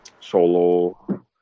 solo